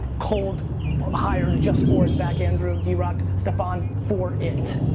cold hired just for it zak, andrew, drock, staphon for it.